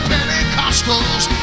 Pentecostals